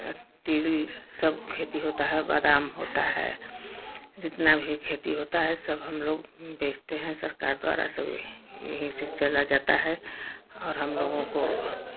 तिल सब खेती होता है बादाम होता है जितना भी खेती होता है सब हम लोग बेचते हैं सरकार द्वारा सब यही यहीं से चला जाता है और हम लोगों को